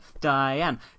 Diane